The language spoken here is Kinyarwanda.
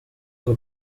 ngo